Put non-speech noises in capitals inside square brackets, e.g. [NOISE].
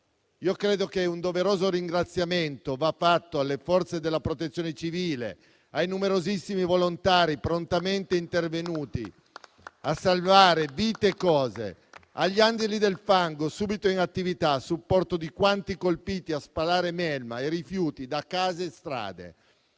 Credo che un doveroso ringraziamento vada rivolto alle forze della Protezione civile, ai numerosissimi volontari, prontamente intervenuti a salvare vite e cose, [APPLAUSE] agli angeli del fango, subito in attività a supporto di quanti sono stati colpiti, a spalare melma e rifiuti da case e strade;